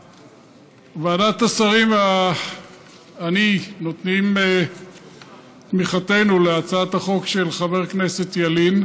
ועדת השרים ואני נותנים את תמיכתנו להצעת החוק של חבר הכנסת ילין.